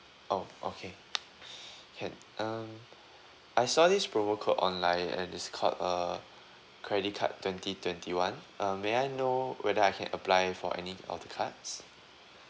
oh okay can um I saw this promo code online and it's called err credit card twenty twenty one um may I know whether I can apply for any of the cards